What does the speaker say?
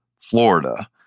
Florida